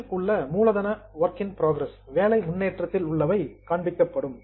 இல் மூலதன work in progress வேலை முன்னேற்றத்தில் உள்ளவை காண்பிக்கப்படும்